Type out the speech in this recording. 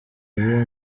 liberia